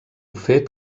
fet